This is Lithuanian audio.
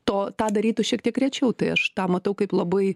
to tą darytų šiek tiek rečiau tai aš tą matau kaip labai